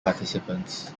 participants